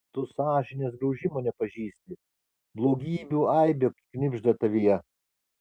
tu sąžinės graužimo nepažįsti blogybių aibė knibžda tavyje